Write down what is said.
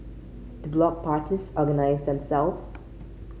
do block parties organise themselves